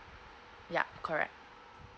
yeah correct